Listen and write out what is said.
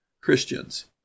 Christians